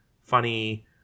funny